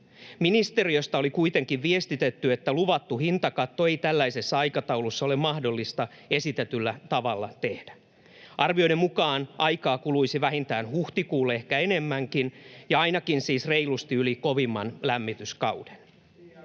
Ministeriöstä oli kuitenkin viestitetty, että luvattua hintakattoa ei tällaisessa aikataulussa ole mahdollista tehdä esitetyllä tavalla. Arvioiden mukaan aikaa kuluisi vähintään huhtikuulle, ehkä enemmänkin, ja ainakin siis reilusti yli kovimman lämmityskauden.